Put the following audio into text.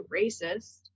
racist